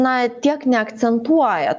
na tiek neakcentuoja